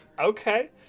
Okay